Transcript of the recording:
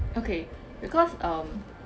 okay because um